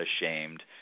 ashamed